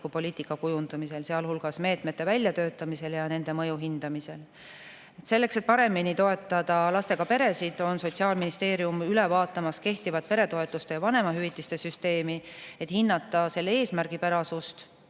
kujundamisel, sealhulgas meetmete väljatöötamisel ja nende mõju hindamisel. Selleks, et paremini toetada lastega peresid, on Sotsiaalministeerium üle vaatamas kehtivat peretoetuste ja vanemahüvitiste süsteemi, et hinnata selle eesmärgipärasust